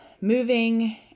moving